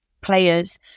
players